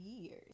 years